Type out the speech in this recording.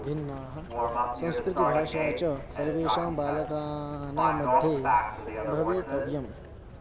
भिन्ना संस्कृतिः भाषा च सर्वेषां बालकानां मध्ये भवितव्यम्